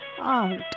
out